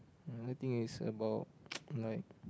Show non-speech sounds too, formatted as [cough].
another thing is about [noise] like